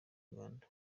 uganda